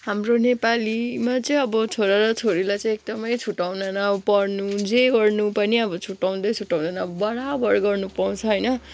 हाम्रो नेपालीमा चाहिँ अब छोरा र छोरीलाई एकदमै छुट्ट्याउँदैन पढ्नु जे गर्नु पनि अब छुट्ट्याउँदै छुट्ट्याउँदैन बराबर गर्नु पाउँछ होइन